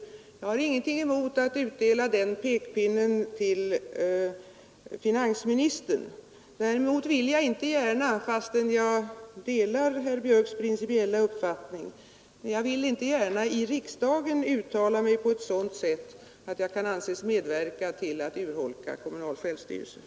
Jag har ingenting emot att rikta den pekpinnen mot finansministern. Däremot vill jag inte gärna, fastän jag delar herr Björks principiella uppfattning, i riksdagen uttala mig på ett sådant sätt att jag kan anses medverka till att urholka den kommunala självstyrelsen.